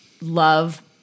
love